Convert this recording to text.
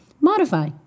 Modify